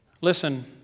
Listen